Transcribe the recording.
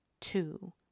two